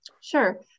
Sure